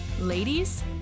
Ladies